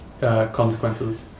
Consequences